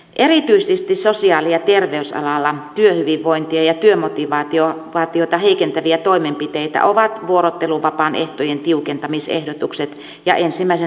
erityisesti sosiaali ja terveysalalla työhyvinvointia ja työmotivaatiota heikentäviä toimenpiteitä ovat vuorotteluvapaan ehtojen tiukentamisehdotukset ja ensimmäisen sairauspäivän karenssi